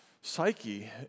psyche